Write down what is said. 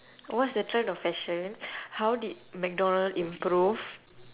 what's the trend of fashion how did mcdonald improve